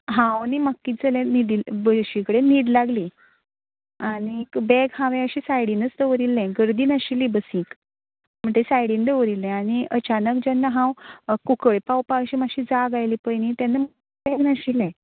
हांव न्ही म्हाका कितें जालें निदिल्ल बयशी कडेन न्हीद लागली आनीक बॅग हांवें अशें सायडीनच दवरिल्लें गर्दी नाशिल्ली बसीक म्हणटा सायडीन दवरिल्लें आनी अचानक जेन्ना हांव कुंकळे पावपा अशें मात्शी जाग आयली पळय न्ही तेन्ना बॅग नाशिल्लें